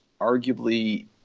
arguably